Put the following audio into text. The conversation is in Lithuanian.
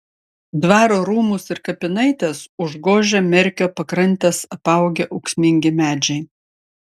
dvaro rūmus ir kapinaites užgožia merkio pakrantes apaugę ūksmingi medžiai